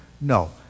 No